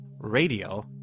Radio